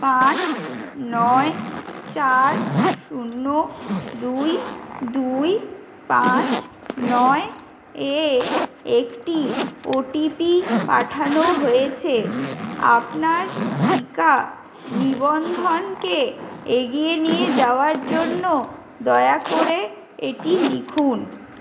পাঁচ নয় চার শূন্য দুই দুই পাঁচ নয় এ একটি ওটিপি পাঠানো হয়েছে আপনার টিকা নিবন্ধনকে এগিয়ে নিয়ে যাওয়ার জন্য দয়া করে এটি লিখুন